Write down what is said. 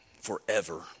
forever